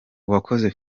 uwakoze